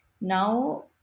Now